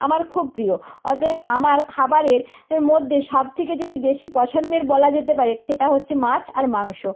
আমার খুব প্রিয় অতএব আমার খাবারের এর মধ্যে সব থেকে যদি বেশি পছন্দের বলা যেতে পারে সেটা হচ্ছে মাছ আর মাংস